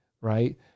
right